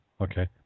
Okay